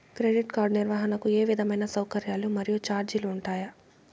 Credit card నిర్వహణకు ఏ విధమైన సౌకర్యాలు మరియు చార్జీలు ఉంటాయా?